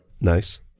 Nice